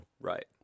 Right